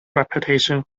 reputation